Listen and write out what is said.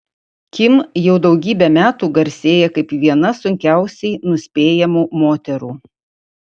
kim jau daugybę metų garsėja kaip viena sunkiausiai nuspėjamų moterų